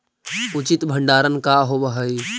उचित भंडारण का होव हइ?